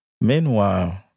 Meanwhile